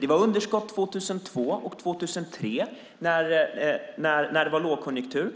Det var underskott 2002 och 2003 när det var lågkonjunktur,